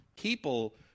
People